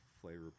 flavor